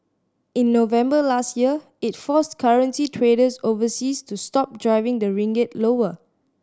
in November last year it forced currency traders overseas to stop driving the ringgit lower